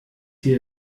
hier